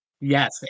Yes